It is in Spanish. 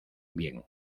bien